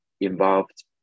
involved